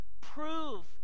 prove